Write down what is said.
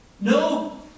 No